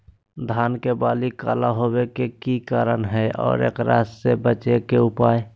धान के बाली काला होवे के की कारण है और एकरा से बचे के उपाय?